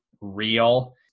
real